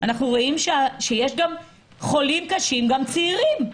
שיש גם חולים קשים שהם צעירים,